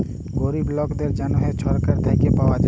গরিব লকদের জ্যনহে ছরকার থ্যাইকে পাউয়া যায়